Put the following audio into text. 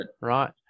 right